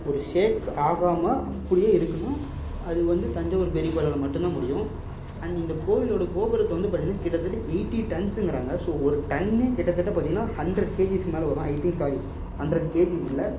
ஒரு ஷேக் ஆகாம அப்படியே இருக்குன்னா அது வந்து தஞ்சாவூர் பெரிய கோயிலால் மட்டும்தான் முடியும் அண்ட் இந்த கோவிலோட கோபுரத்தை வந்து பார்த்தீங்கன்னா கிட்டத்தட்ட எயிட்டி டன்ஸ்ங்கிறாங்க ஸோ ஒரு டன்னே கிட்டத்தட்ட பார்த்தீங்கன்னா ஹண்ட்ரட் கேஜிஸ்க்கு மேலே வரும் I think sorry hundred KG இல்லை